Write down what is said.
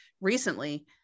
recently